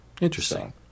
interesting